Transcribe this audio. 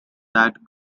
that